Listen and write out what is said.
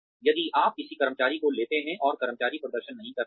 यदि आप किसी कर्मचारी को लेते हैं और कर्मचारी प्रदर्शन नहीं करता है